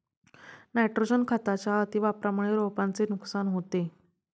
nitrogen खताच्या अतिवापरामुळे रोपांचे नुकसान होते